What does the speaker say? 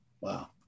Wow